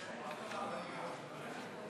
אני מערער.